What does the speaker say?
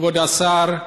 כבוד השר,